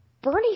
Bernie